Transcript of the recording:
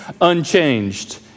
unchanged